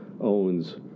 owns